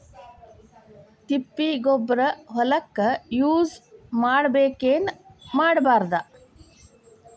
ತಿಪ್ಪಿಗೊಬ್ಬರ ಹೊಲಕ ಯೂಸ್ ಮಾಡಬೇಕೆನ್ ಮಾಡಬಾರದು?